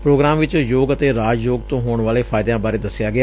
programme ਵਿਚ ਯੋਗ ਅਤੇ ਰਾਜ ਯੋਗ ਤੋਂ ਹੋਣ ਵਾਲੇ ਫਾਇਦਿਆਂ ਬਾਰੇ ਦਸਿਆ ਗਿਆ